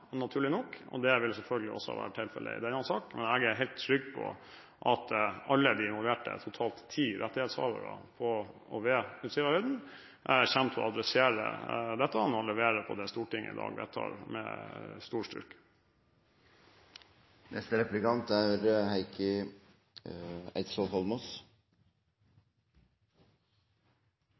naturlig nok, og det vil selvfølgelig også være tilfellet i denne saken. Men jeg er helt trygg på at alle de involverte – totalt ti rettighetshavere på og ved Utsirahøyden – kommer til å adresse dette og levere med stor styrke på det Stortinget i dag vedtar.